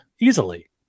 easily